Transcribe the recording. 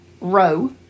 row